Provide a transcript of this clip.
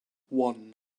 one